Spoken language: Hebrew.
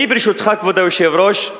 ברשותך, כבוד היושב-ראש,